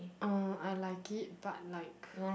uh I like it but like